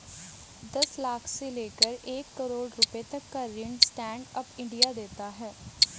दस लाख से लेकर एक करोङ रुपए तक का ऋण स्टैंड अप इंडिया देता है